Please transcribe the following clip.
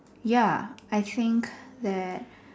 ya I think that